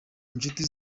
inshuti